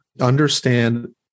understand